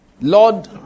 Lord